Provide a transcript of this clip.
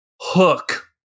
hook